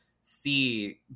see